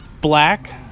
Black